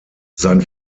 sein